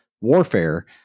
warfare